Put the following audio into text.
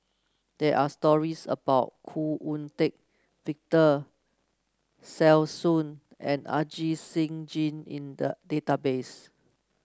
there are stories about Khoo Oon Teik Victor Sassoon and Ajit Singh Gill in the database